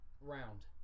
Round